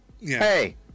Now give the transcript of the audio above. Hey